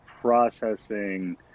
processing